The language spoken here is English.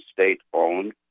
state-owned